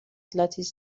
لاتیس